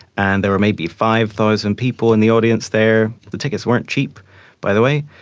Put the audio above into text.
and there were maybe five thousand people in the audience there, the tickets weren't cheap by the way.